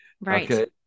Right